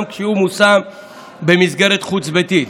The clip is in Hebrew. גם כשהוא מושם במסגרת חוץ-ביתית.